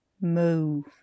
Move